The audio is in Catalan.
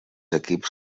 equips